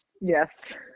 Yes